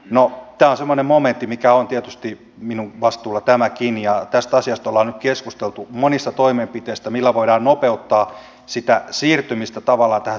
no tämä on semmoinen momentti mikä on tietysti minun vastuullani tämäkin ja tästä asiasta ollaan nyt keskusteltu monista toimenpiteistä millä voidaan nopeuttaa sitä siirtymistä tähän suomalaiseen yhteiskuntaan